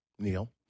Neil